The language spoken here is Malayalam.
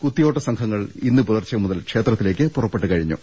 കുത്തിയോട്ട സംഘങ്ങൾ ഇന്നു പുലർച്ചെ മുതൽ ക്ഷേത്രത്തിലേക്ക് പുറപ്പെട്ടു കഴിഞ്ഞു